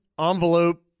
envelope